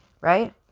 right